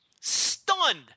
stunned